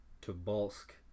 Tobolsk